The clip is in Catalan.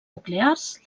nuclears